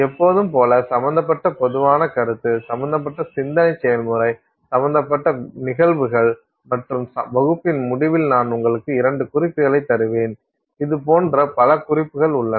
எப்போதும்போல சம்பந்தப்பட்ட பொதுவான கருத்து சம்பந்தப்பட்ட சிந்தனை செயல்முறை சம்பந்தப்பட்ட நிகழ்வுகள் மற்றும் வகுப்பின் முடிவில் நான் உங்களுக்கு இரண்டு குறிப்புகளைத் தருவேன் இதுபோன்ற பல குறிப்புகள் உள்ளன